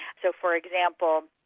so for example,